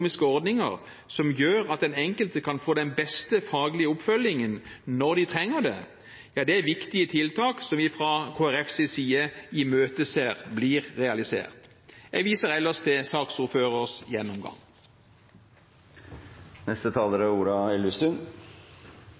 økonomiske ordninger som gjør at den enkelte kan få den beste faglige oppfølgingen når de trenger det, er viktige tiltak som vi fra Kristelig Folkepartis side imøteser blir realisert. Jeg viser ellers til saksordførerens gjennomgang.